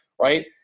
right